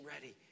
ready